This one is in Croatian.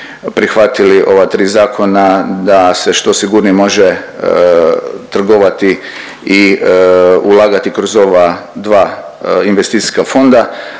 prihvatili ova tri zakona da se što sigurnije može trgovati i ulagati kroz ova dva investicijska fonda,